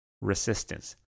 resistance